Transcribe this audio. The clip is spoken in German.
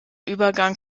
übergang